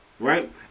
Right